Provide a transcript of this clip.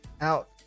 out